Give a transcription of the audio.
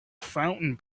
fountain